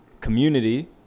community